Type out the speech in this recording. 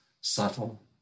subtle